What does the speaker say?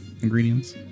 Ingredients